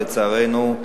אבל לצערנו,